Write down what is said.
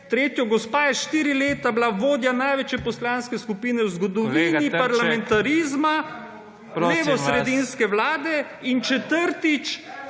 Tretje. Gospa je bila štiri leta vodja največje poslanske skupine v zgodovini parlamentarizma levosredinske vlade. In četrtič,